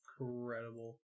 Incredible